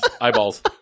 eyeballs